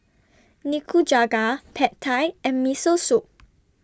Nikujaga Pad Thai and Miso Soup